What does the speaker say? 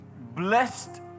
Blessed